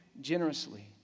generously